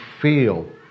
feel